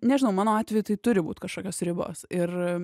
nežinau mano atveju tai turi būt kažkokios ribos ir